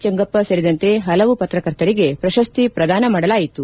ಚಂಗಪ್ಪ ಸೇರಿದಂತೆ ಹಲವು ಪತ್ರಕರ್ತರಿಗೆ ಪ್ರಶಸ್ತಿ ಪ್ರದಾನ ಮಾಡಲಾಯಿತು